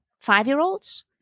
five-year-olds